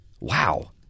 Wow